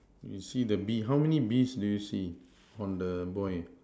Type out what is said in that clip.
you see the bee how many bees do you see on the boy